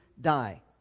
die